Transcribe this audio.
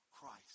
Christ